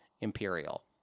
Imperial